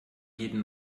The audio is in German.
jeden